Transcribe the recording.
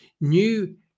New